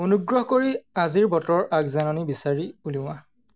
অনুগ্ৰহ কৰি আজিৰ বতৰৰ আগজাননী বিচাৰি উলিওৱা